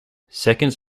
seconds